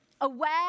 Aware